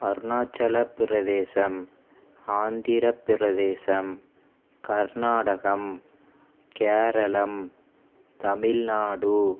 Arunachal Pradesh Andhra Pradesh Karnatakam Keralam Tamil Nadu